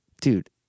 dude